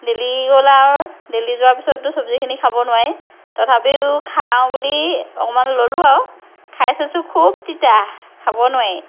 দেলি গ'ল আৰু দেলি যোৱাৰ পিছততো চবজিখিনি খাব নোৱাৰি তথাপিও খাওঁ বুলি অকণমান ল'লো আৰু খাই চাইছোঁ খুব তিতা খাব নোৱাৰি